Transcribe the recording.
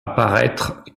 paraître